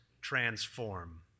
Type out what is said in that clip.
transform